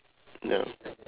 no